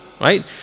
right